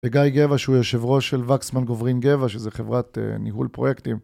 וגיא גבע שהוא יושב ראש של וקסמן גוברין גבע שזה חברת ניהול פרויקטים